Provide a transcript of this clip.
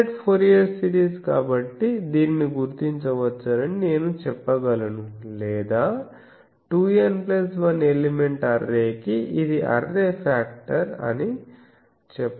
finite Fourier series కాబట్టి దీనిని గుర్తించవచ్చని నేను చెప్పగలను లేదా 2N 1 ఎలిమెంట్ అర్రేకి ఇది అర్రే ఫాక్టర్ అని చెప్పగలను